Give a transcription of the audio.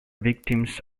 victims